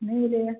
नहीं मिलेगा